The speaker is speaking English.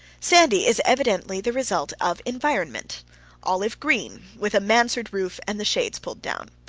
sandy is evidently the result of environment olive green, with a mansard roof and the shades pulled down.